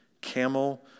camel